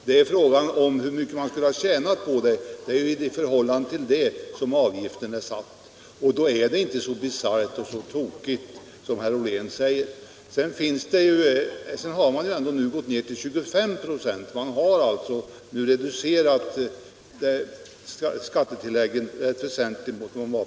Det är ju i förhållande till hur mycket den som skulle ha gjort felet skulle ha tjänat på det som avgiften är satt, och därför är systemet inte så bisarrt och så tokigt som herr Ollén påstår. Vidare har man ju nu i förslaget gått ner till 25 26 och alltså sänkt skattetilläggen väsentligt.